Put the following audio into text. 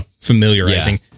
familiarizing